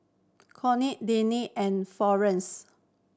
Courtney Dani and Florenes